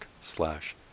slash